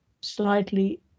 slightly